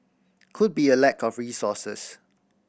could be a lack of resources